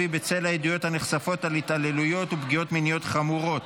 בצל העדויות הנחשפות על התעללויות ופגיעות מיניות חמורות.